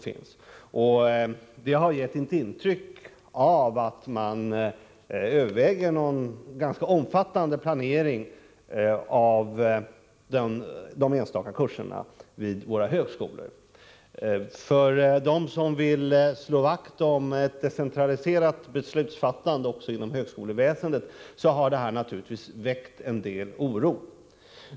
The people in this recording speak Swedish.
Detta har gett ett intryck av att UHÄ överväger en ganska omfattande planering av de enstaka kurserna vid våra högskolor. Bland dem som vill slå vakt om ett decentraliserat beslutsfattande också inom högskoleväsendet har detta naturligtvis väckt en del oro.